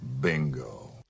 Bingo